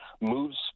moves